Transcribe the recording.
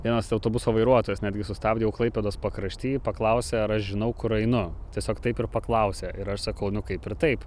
vienas autobuso vairuotojas netgi sustabdė jau klaipėdos pakrašty paklausė ar aš žinau kur einu tiesiog taip ir paklausė ir aš sakau nu kaip ir taip